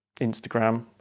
Instagram